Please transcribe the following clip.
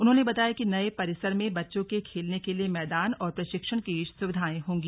उन्होंने बताया कि नये परिसर में बच्चों के खेलने के लिए मैदान और प्रशिक्षण की सुविधाएं होंगी